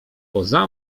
poza